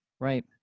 Right